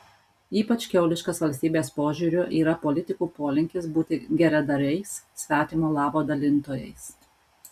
ypač kiauliškas valstybės požiūriu yra politikų polinkis būti geradariais svetimo labo dalintojais